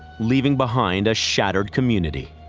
leaving behind a shattered community.